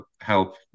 help